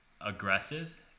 aggressive